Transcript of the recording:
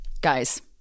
Guys